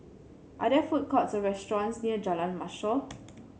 are there food courts or restaurants near Jalan Mashor